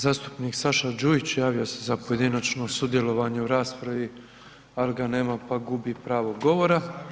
Zastupnik Saša Đujić javio se za pojedinačno sudjelovanje u raspravi, al' ga nema, pa gubi pravo govora.